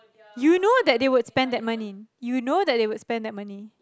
you know that they would spend that money you know that they would spend that money